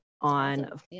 on